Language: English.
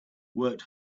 worked